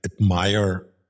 admire